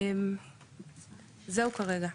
זהו כרגע.